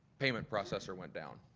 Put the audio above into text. payment processor went down,